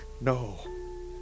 No